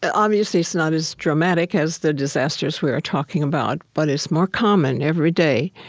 obviously, it's not as dramatic as the disasters we are talking about, but it's more common every day.